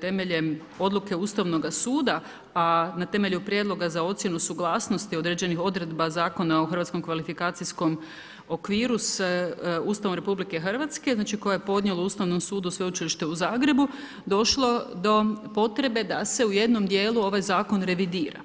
temeljem odluke Ustavnog suda a na temelju prijedloga za ocjenu suglasnosti određenih odredba Zakona o Hrvatskom kvalifikacijskom okviru sa Ustavom RH, koje je podnijelo Ustavnom sudu Sveučilište u Zagrebu, došlo do potrebe da se u jednom dijelu ovaj zakon revidira.